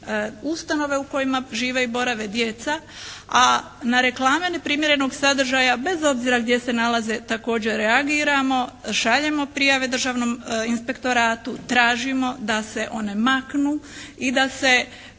u kojima žive i borave djeca, a na reklame neprimjerenog sadržaja bez obzira gdje se nalaze također reagiramo, šaljemo prijave Državnom inspektoratu, tražimo da se one maknu i da se